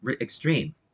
extreme